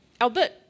Albert